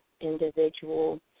individual